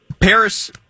Paris